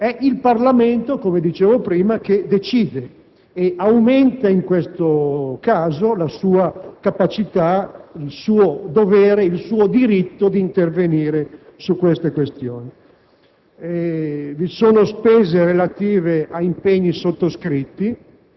non sono previste dalla legislazione vigente. È il Parlamento, come dicevo prima, che deciderà e aumenta, in questo caso, la sua capacità, il suo dovere, il suo diritto di intervenire su tali questioni.